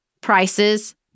prices